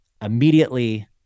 Immediately